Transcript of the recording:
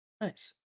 Nice